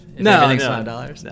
No